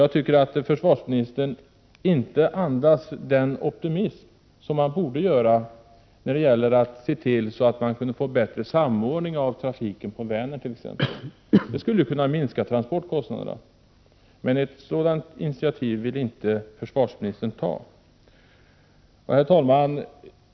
Jag tycker att försvarsministern inte andas den optimism han borde göra när det gäller att se till att få en bättre samordning av trafiken på t.ex. Vänern. Det skulle minska transportkostnaderna. Men ett sådant initiativ vill inte försvarsministern ta. Herr talman!